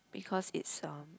because it's uh